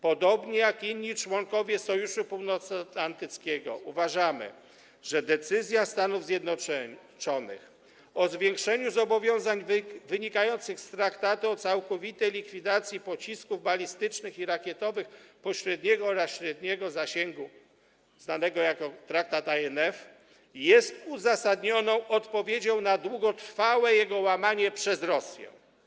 Podobnie jak inni członkowie Sojuszu Północnoatlantyckiego uważamy, że decyzja Stanów Zjednoczonych o zwiększeniu zobowiązań wynikających z traktatu o całkowitej likwidacji pocisków balistycznych i rakietowych pośredniego oraz średniego zasięgu, znanego jako traktat INF, jest uzasadnioną odpowiedzią na długotrwałe jego łamanie przez Rosję.